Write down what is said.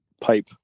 pipe